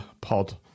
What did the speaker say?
pod